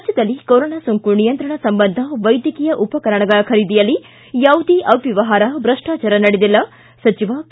ರಾಜ್ಯದಲ್ಲಿ ಕೊರೊನಾ ಸೋಂಕು ನಿಯಂತ್ರಣ ಸಂಬಂಧ ವೈದ್ವಕೀಯ ಉಪಕರಣಗಳ ಖರೀದಿಯಲ್ಲಿ ಯಾವುದೇ ಅವ್ಯವಹಾರ ಭ್ರಷ್ಟಾಚಾರ ನಡೆದಿಲ್ಲ ಸಚಿವ ಕೆ